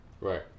right